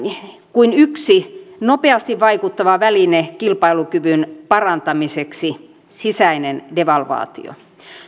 kuin yksi nopeasti vaikuttava väline kilpailukyvyn parantamiseksi sisäinen devalvaatio